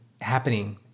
happening